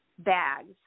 Bags